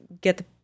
get